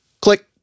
Click